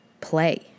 play